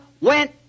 went